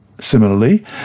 Similarly